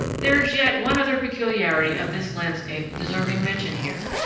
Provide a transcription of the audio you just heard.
there is yet one other peculiarity of this landscape deserving mention here.